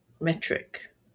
metric